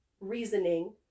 reasoning